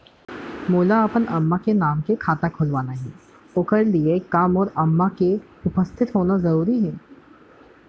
मोला अपन अम्मा के नाम से खाता खोलवाना हे ओखर लिए का मोर अम्मा के उपस्थित होना जरूरी हे?